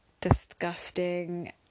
disgusting